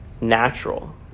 natural